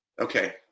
Okay